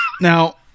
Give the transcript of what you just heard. Now